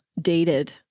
dated